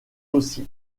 aussi